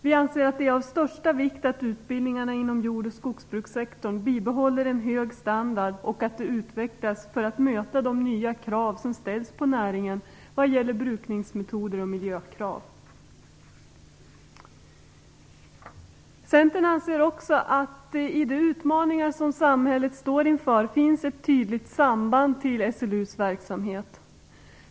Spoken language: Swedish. Vi anser att det är av största vikt att utbildningarna inom jord och skogsbrukssektorn bibehåller en hög standard och att de utvecklas för att möta de nya krav som ställs på näringen när det gäller brukningsmetoder och miljö. Centern anser också att i de utmaningar som samhället står inför finns ett tydligt samband med SLU:s verksamhet.